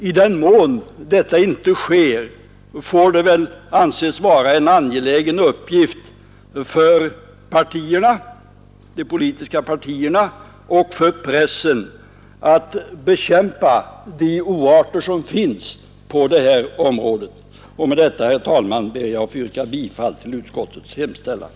I den mån detta inte sker får det väl anses vara en angelägen uppgift för de politiska partierna och för pressen att bekämpa de oarter som finns på detta område. Med detta, herr talman, ber jag få yrka bifall till utskottets hemställan.